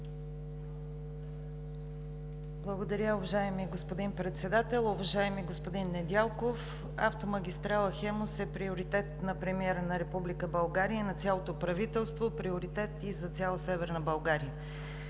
Благодаря, уважаеми господин Председател. Уважаеми господин Недялков, автомагистрала „Хемус“ е приоритет на премиера на Република България и на цялото правителство, а също и за цяла Северна България.